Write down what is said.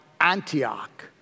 Antioch